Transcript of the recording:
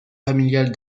familiale